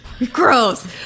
gross